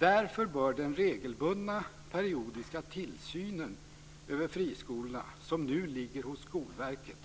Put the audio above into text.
Därför bör den regelbundna, periodiska, tillsynen över friskolorna som nu ligger hos Skolverket